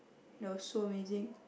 that was so amazing